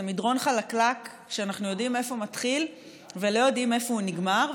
זה מדרון חלקלק שאנחנו יודעים איפה הוא מתחיל ולא יודעים איפה הוא נגמר,